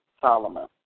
Solomon